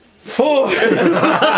four